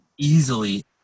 easily